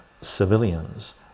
civilians